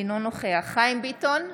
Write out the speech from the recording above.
אינו נוכח חיים ביטון,